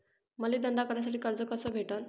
मले धंदा करासाठी कर्ज कस भेटन?